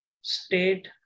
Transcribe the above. state